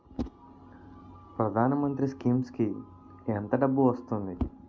ప్రధాన మంత్రి స్కీమ్స్ కీ ఎంత డబ్బు వస్తుంది?